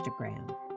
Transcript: Instagram